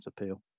appeal